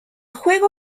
juego